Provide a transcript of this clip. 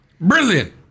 Brilliant